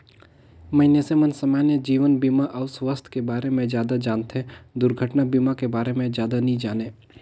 मइनसे मन समान्य जीवन बीमा अउ सुवास्थ के बारे मे जादा जानथें, दुरघटना बीमा के बारे मे जादा नी जानें